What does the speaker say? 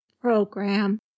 program